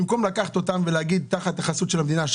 במקום לקחת אותם תחת חסות המדינה,